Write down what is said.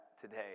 today